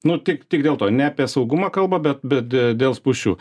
nu tik tik dėl to ne apie saugumą kalba bet bet dėl spūsčių